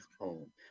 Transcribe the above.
home